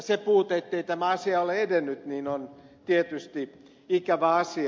se puute ettei tämä asia ole edennyt on tietysti ikävä asia